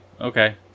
okay